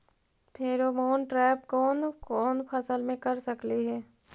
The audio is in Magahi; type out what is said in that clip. फेरोमोन ट्रैप कोन कोन फसल मे कर सकली हे?